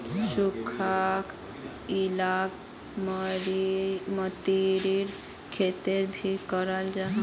सुखखा इलाकात मतीरीर खेती भी कराल जा छे